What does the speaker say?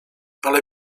ale